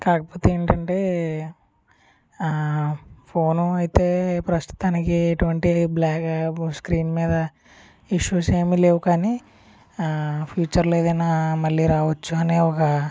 కాకపోతే ఏంటంటే ఫోను అయితే ప్రస్తుతానికి ఎటువంటి బ్లాక్ స్క్రీన్ మీద ఇష్యూస్ ఏమీ లేవు కానీ ఫ్యూచర్లో ఏదైనా మళ్ళీ రావచ్చు అనే ఒక